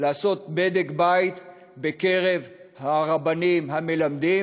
לעשות בדק-בית בקרב הרבנים המלמדים,